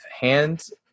hands